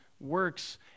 works